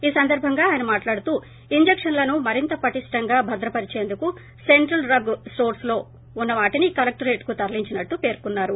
ఈ సందర్బంగా ఆయన మాట్లాడుతూ ఇంజక్షన్లను మరింత పటిష్ఠంగా భద్రపరిచేందుకు సెంట్రల్ డ్రగ్ స్టోర్స్ లో ఉన్నవాటిని కలెక్టరేట్కు తరలించినట్టు పేర్కొన్సారు